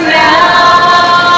now